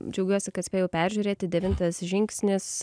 džiaugiuosi kad spėjau peržiūrėti devintas žingsnis